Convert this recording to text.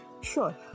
Sure